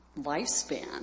lifespan